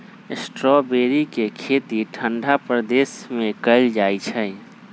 strawberry के खेती ठंडा प्रदेश में कएल जाइ छइ